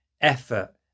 effort